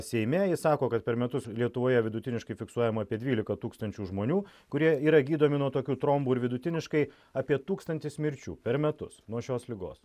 seime jis sako kad per metus lietuvoje vidutiniškai fiksuojama apie dvylika tūkstančių žmonių kurie yra gydomi nuo tokių trombų ir vidutiniškai apie tūkstantis mirčių per metus nuo šios ligos